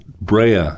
brea